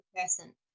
person